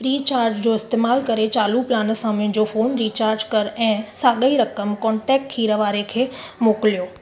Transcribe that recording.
फ्रीचार्ज जो इस्तेमालु करे चालू प्लान सां मुंहिंजो फोन रीचार्ज कर ऐं साॻई रक़म कोन्टेक्ट खीरवारे खे मोकिलियो